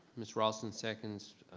miss raulston seconds,